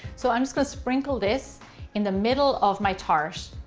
so i'm just gonna sprinkle this in the middle of my tart.